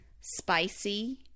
spicy